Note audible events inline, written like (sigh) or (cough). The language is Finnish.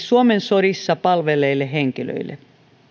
(unintelligible) suomen sodissa palvelleille henkilöille